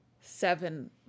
seven